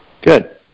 Good